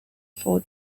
for